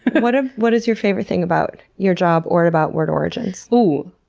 what ah what is your favorite thing about your job or about word origins? ooh.